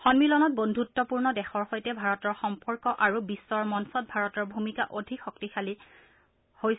সম্মিলনত বদ্ধত্পূৰ্ণ দেশৰ সৈতে ভাৰতৰ সম্পৰ্ক আৰু বিশ্বৰ মঞ্চত ভাৰতৰ ভূমিকা অধিক শক্তিশালী হৈছে